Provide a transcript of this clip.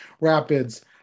rapids